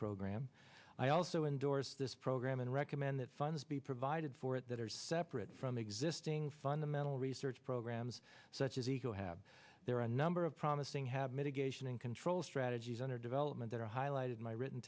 program i also endorse this program and recommend that funds be provided for it that are separate from existing fundamental research programs such as eagle have there are a number of promising have mitigation and control strategies under development that are highlighted my written